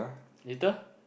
later